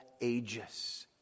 ages